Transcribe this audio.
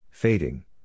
Fading